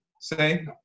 say